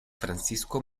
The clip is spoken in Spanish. francisco